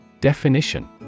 Definition